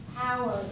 power